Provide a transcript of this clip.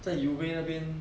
在 uva 那边